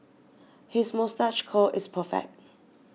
his moustache curl is perfect